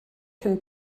can